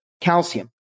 calcium